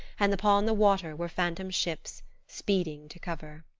and upon the water were phantom ships, speeding to cover.